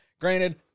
Granted